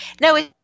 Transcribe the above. No